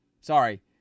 Sorry